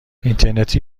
اینترنتی